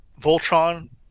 Voltron